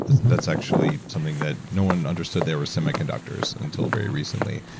that's actually something that no one understood they were semiconductors until very recently.